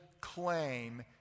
claim